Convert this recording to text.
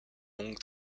longue